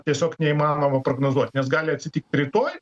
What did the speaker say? tiesiog neįmanoma prognozuot nes gali atsitikt rytoj